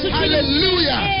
hallelujah